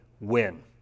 win